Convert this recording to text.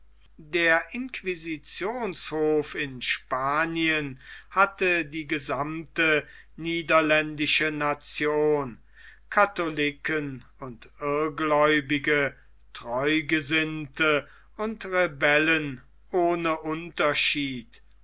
der inquisitionshof in spanien hatte die gesammte niederländische nation katholiken und irrgläubige treugesinnte und rebellen ohne unterschied